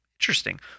Interesting